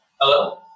Hello